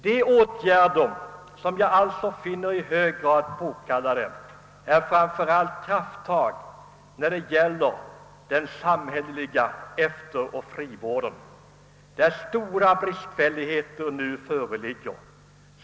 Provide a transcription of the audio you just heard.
De åtgärder som jag finner i hög grad påkallade är framför allt krafttag när det gäller den samhälleliga efteroch frivården, där stora bristfälligheter nu föreligger.